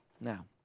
Now